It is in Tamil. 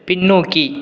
பின்னோக்கி